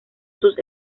sus